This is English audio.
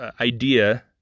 idea